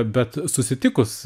bet susitikus